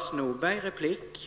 Herr talman! Som litet